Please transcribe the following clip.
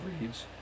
reads